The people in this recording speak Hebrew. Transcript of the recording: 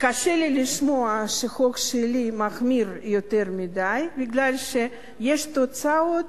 קשה לי לשמוע שהחוק שלי מחמיר יותר מדי מפני שיש תוצאות